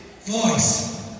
voice